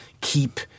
keep